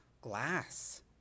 glass